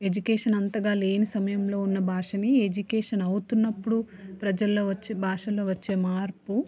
education అంతగా లేని సమయంలో ఉన్న భాషని ఎడ్యుకేషన్ అవుతున్నప్పుడు ప్రజల్లో వచ్చే భాషలో వచ్చే మార్పు